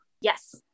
Yes